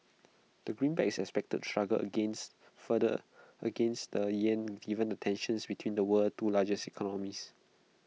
the greenback is expected to struggle against further against the Yen given the tensions between the world's two largest economies